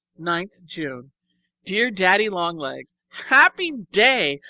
ninth june dear daddy-long-legs, happy day!